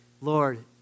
Lord